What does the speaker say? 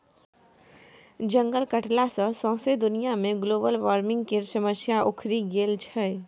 जंगल कटला सँ सौंसे दुनिया मे ग्लोबल बार्मिंग केर समस्या उखरि गेल छै